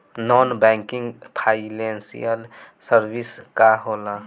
Non banking financial services का होला?